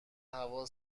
هوا